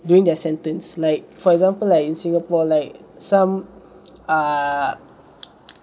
during their sentence like for example like in singapore like some err